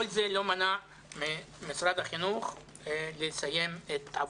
כל זה לא מנע ממשרד החינוך לסיים את עבודתה.